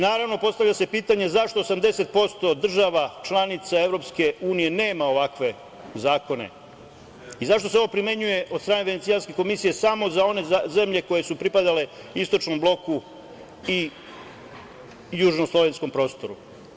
Naravno, postavlja se pitanje zašto 80% država, članica EU nema ovakve zakone i zašto se ovo primenjuje od strane Venecijanske komisije samo za one zemlje koje su pripadale istočnom bloku i južno-slovenskom prostoru.